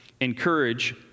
encourage